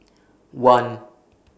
one